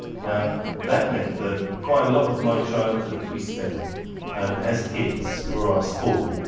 now that meant that quite a lot of my childhood we spent um as kids for our sport,